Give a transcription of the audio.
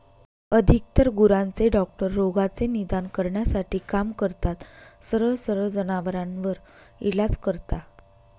अधिकतर गुरांचे डॉक्टर रोगाचे निदान करण्यासाठी काम करतात, सरळ सरळ जनावरांवर इलाज करता